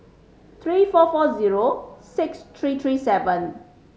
three four four zero six three three seven